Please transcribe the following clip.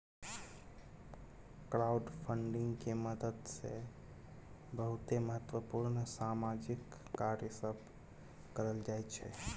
crowdfunding के मदद से बहुते महत्वपूर्ण सामाजिक कार्य सब करल जाइ छइ